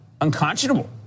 unconscionable